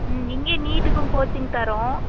ம் இங்கேயும் நீட்டுக்கும் கோச்சிங் தரோம்